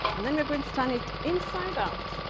and then we're going to turn it inside out.